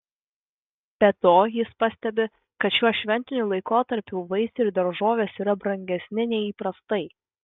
be to jis pastebi kad šiuo šventiniu laikotarpiu vaisiai ir daržovės yra brangesni nei įprastai